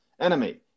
enemy